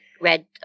red